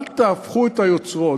אל תהפכו את היוצרות.